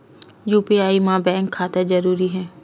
UPI मा bank खाता जरूरी हे?